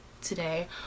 today